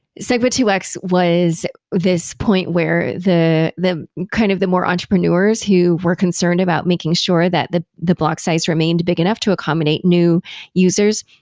segwit two x was this point where the the kind of more entrepreneurs who were concerned about making sure that the the block size remained big enough to accommodate new users,